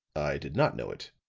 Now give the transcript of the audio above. i did not know it,